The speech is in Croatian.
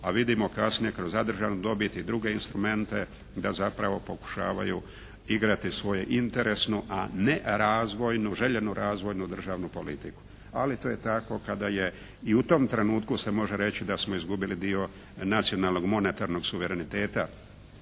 a vidimo kasnije kroz zadržanu dobit i druge instrumente da zapravo pokušavaju igrati svoje interesnu, a ne razvojnu, željenu razvojnu državnu politiku. Ali to je tako kada je i u tom trenutku se može reći da smo izgubili dio nacionalnog monetarnog suvereniteta